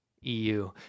eu